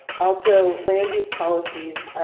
also land use policies